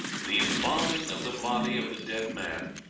the embalming of the body of the dead man,